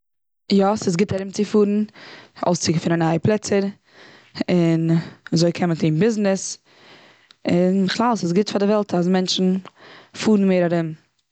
יא, ס'איז גוט ארום צו פארן, אויסצוגעפינען נייע פלעצער. און אזוי קען מען טון ביזנעס. און בכלל ס'איז גוט פאר די וועלט אז מענטשן, פארן מער ארום.